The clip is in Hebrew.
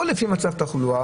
זה צריך להיות לפי מצב התחלואה.